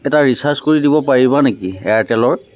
এটা ৰিচাৰ্জ কৰি দিব পাৰিবা নেকি এয়াৰটেলৰ